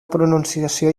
pronunciació